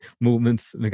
movements